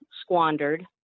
squandered